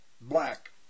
black